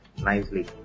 nicely